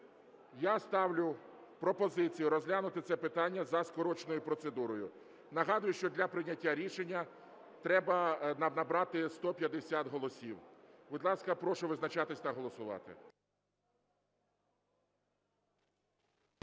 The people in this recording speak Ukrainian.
я ставлю пропозицію розглянути це питання за скороченою процедурою. Нагадую, що для прийняття рішення треба нам набрати 150 голосів. Будь ласка, прошу визначатись та голосувати.